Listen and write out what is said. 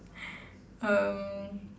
um